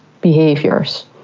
behaviors